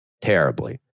terribly